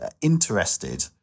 interested